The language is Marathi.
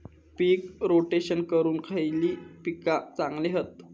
पीक रोटेशन करूक खयली पीका चांगली हत?